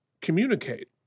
communicate